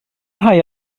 rhai